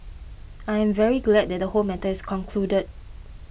I am very glad that the whole matter is concluded